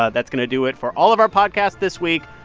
ah that's going to do it for all of our podcasts this week.